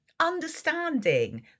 understanding